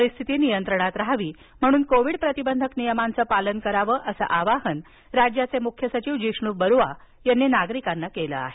परिस्थिती नियंत्रणात राहावी म्हणून कोविड प्रतिबंधक नियमांचं पालन करावं असं आवाहन राज्याचे मुख्य सचिव जिष्णू बरुआ यांनी नागरिकांना केलं आहे